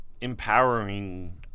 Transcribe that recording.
empowering